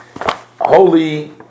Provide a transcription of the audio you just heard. Holy